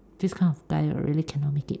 this kind of guy really cannot make it